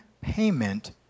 payment